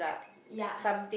ya